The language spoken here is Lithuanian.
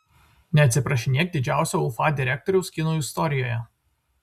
neatsiprašinėk didžiausio ufa direktoriaus kino istorijoje